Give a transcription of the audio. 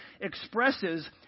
Expresses